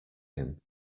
him